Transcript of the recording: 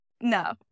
No